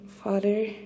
Father